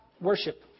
worship